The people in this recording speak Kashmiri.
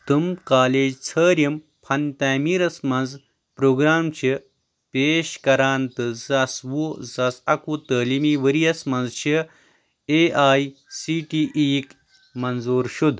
تِم کالیج ژھار یم فن تعمیرس مَنٛز پروگرام چھِ پیش کران تہٕ زٕ ساس وُہ زٕ ساس اکوُہ تعلیٖمی ورۍ یَس مَنٛز چھِ A I C T E یٕکۍ منظور شُد